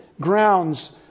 grounds